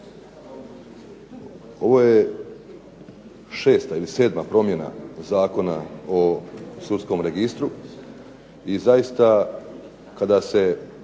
ovo je šesta ili sedma promjena zakona o sudskom registru i zaista kada se